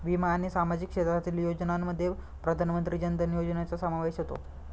विमा आणि सामाजिक क्षेत्रातील योजनांमध्ये प्रधानमंत्री जन धन योजनेचा समावेश होतो